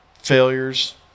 failures